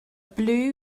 blue